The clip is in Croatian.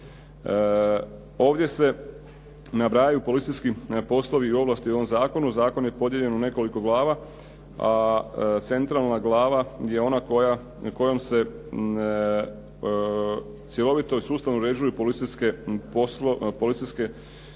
Ovdje se nabrajaju policijski poslovi i ovlasti u ovom zakonu. Zakon je podijeljen u nekoliko glava, a centralna glava je ona kojom se cjelovito i sustavno uređuju policijske ovlasti